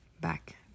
back